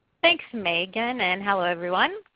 thanks megan. and hello everyone.